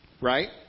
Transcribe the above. Right